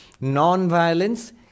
Non-violence